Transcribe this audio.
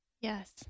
Yes